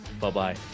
Bye-bye